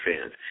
fans